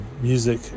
music